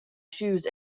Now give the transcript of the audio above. shoes